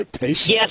Yes